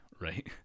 right